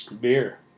Beer